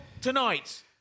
tonight